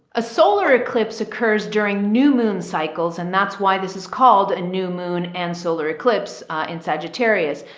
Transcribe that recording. a solar eclipse occurs during new moon cycles. and that's why this is called a new moon and solar eclipse in sagittarius.